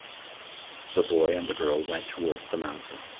the boy and the girl went towards the mountain.